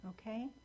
okay